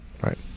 Right